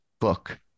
book